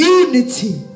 unity